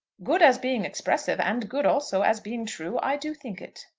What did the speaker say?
good as being expressive, and good also as being true, i do think it.